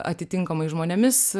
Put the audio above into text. atitinkamais žmonėmis